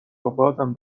وبازم